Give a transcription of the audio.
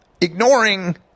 Ignoring